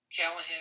Callahan